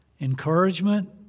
Encouragement